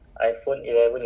but